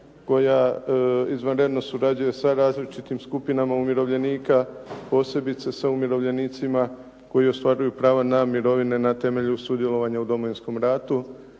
koja izvanredno surađuje sa različitim skupinama umirovljenika, posebice sa umirovljenicima koji ostvaruju pravo na mirovine na temelju sudjelovanja u Domovinskom ratu